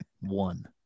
One